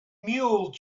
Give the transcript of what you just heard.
mule